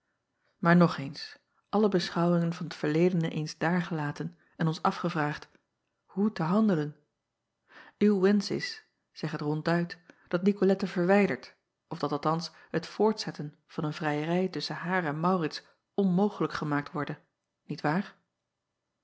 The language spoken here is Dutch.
maar nog eens alle beschouwingen van t verledene eens daargelaten en ons afgevraagd hoe te handelen w wensch is zeg het ronduit dat icolette verwijderd of dat althans het voortzetten van een vrijerij tusschen haar en aurits onmogelijk gemaakt worde niet waar